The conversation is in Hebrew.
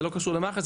זה לא קשור למח"ש,